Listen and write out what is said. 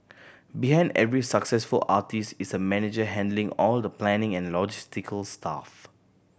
behind every successful artist is a manager handling all the planning and logistical stuff